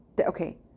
Okay